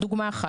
דוגמה אחת.